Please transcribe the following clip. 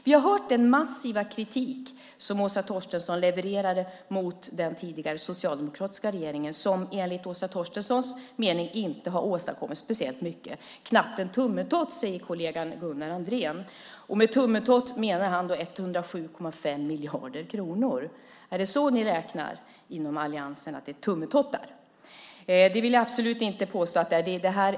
Vi har hört den massiva kritik som Åsa Torstensson levererade mot den tidigare socialdemokratiska regeringen, som enligt Åsa Torstenssons mening inte har åstadkommit speciellt mycket - knappt en tummetott, säger kollegan Gunnar Andrén. Med tummetott menar han 107,5 miljarder kronor. Är det så ni räknar inom alliansen, att det är tummetottar? Det vill jag absolut inte påstå att det är.